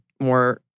more